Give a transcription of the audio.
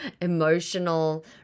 emotional